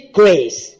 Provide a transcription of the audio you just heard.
grace